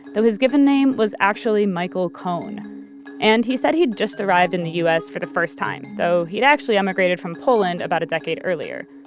though his given name was actually michael cohn and he said he'd just arrived in the us for the first time, though he'd actually emigrated from poland about a decade earlier.